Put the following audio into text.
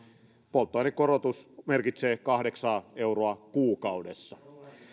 polttoainekorotus merkitsee kahdeksaa euroa kuukaudessa